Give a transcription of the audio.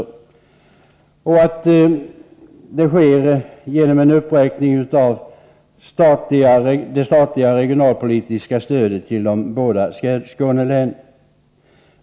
Vi menar också att detta skall ske genom en uppräkning av det statliga regionalpolitiska stödet till de båda Skånelänen.